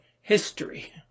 history